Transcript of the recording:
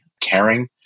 caring